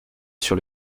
sur